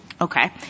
Okay